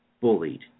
Bullied